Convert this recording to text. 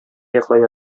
йоклап